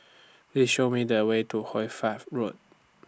Please Show Me The Way to Hoy Fatt Road